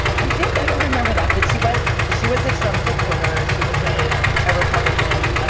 i did. i don't remember that. but she was she was a trump supporter. she was a ah republican. ah